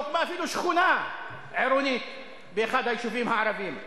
לא הוקמה אפילו שכונה עירונית באחד היישובים הערביים.